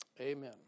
Amen